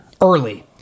early